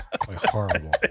horrible